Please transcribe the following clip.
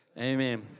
Amen